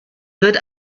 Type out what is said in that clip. wird